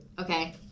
Okay